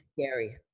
Scary